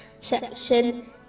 section